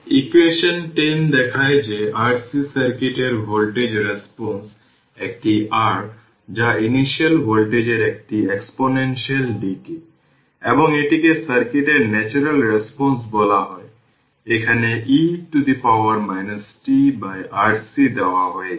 equation 10 দেখায় যে RC সার্কিটের ভোল্টেজ রেসপন্স একটি r যা ইনিশিয়াল ভোল্টেজের একটি এক্সপোনেনশিয়াল ডিকে এবং এটিকে সার্কিটের ন্যাচারাল রেসপন্স বলা হয় এখানে e tRC দেওয়া হয়েছে